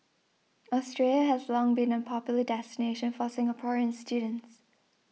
Australia has long been a popular destination for Singaporean students